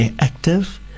active